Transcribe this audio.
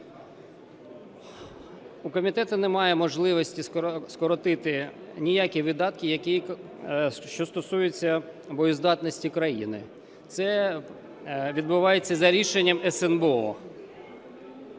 У комітету немає можливості скоротити ніякі видатки, що стосуються боєздатності країни, це відбувається за рішенням СНБО.